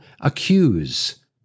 accuse